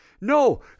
No